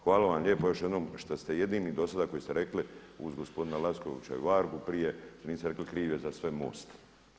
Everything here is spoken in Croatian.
Hvala vam lijepa još jednom šta ste jedini do sada koji ste rekli uz gospodina Lackovića i Vargu prije niste rekli kriv je za sve MOST.